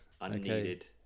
unneeded